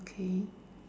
okay